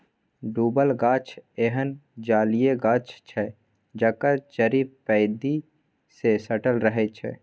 डुबल गाछ एहन जलीय गाछ छै जकर जड़ि पैंदी सँ सटल रहै छै